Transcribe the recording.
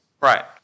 Right